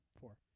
Four